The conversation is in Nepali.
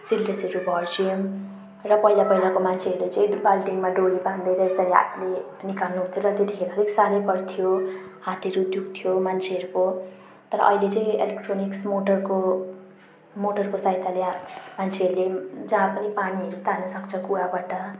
सिन्टेक्सहरू भर्छौँ र पहिला पहिलाको मान्छेहरूले चाहिँ बाल्टिनमा डोरी बाँधेर यसरी हातले निकाल्नु हुन्थ्यो र त्यतिखेर अलिक साह्रै पर्थ्यो हातहरू दुख्थ्यो मान्छेहरूको तर अहिले चाहिँ इलेक्ट्रोनिक्स मोटरको मोटरको सहायताले मान्छेहरूले जहाँ पनि पानीहरू तान्नसक्छ कुवाबाट